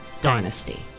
Dynasty